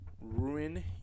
ruin